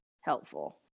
helpful